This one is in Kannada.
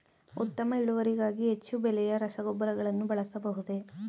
ಉತ್ತಮ ಇಳುವರಿಗಾಗಿ ಹೆಚ್ಚು ಬೆಲೆಯ ರಸಗೊಬ್ಬರಗಳನ್ನು ಬಳಸಬಹುದೇ?